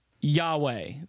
Yahweh